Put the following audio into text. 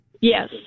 Yes